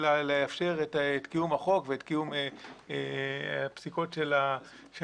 ולאפשר את קיום החוק ואת קיום הפסיקות של הבג"צ.